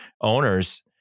owners